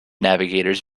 navigators